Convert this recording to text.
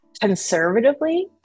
conservatively